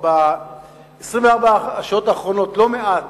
ב-24 השעות האחרונות שמעתי על לא מעט